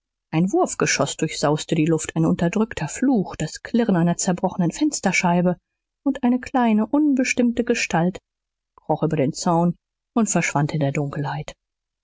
ein wurfgeschoß durchsauste die luft ein unterdrückter fluch das klirren einer zerbrochenen fensterscheibe und eine kleine unbestimmte gestalt kroch über den zaun und verschwand in der dunkelheit